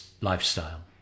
lifestyle